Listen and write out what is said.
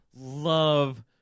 love